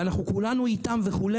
וכולנו איתם וכו',